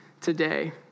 today